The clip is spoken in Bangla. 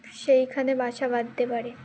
সেইখানে বাসা বাঁধতে পারে